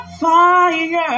fire